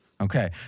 Okay